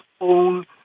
own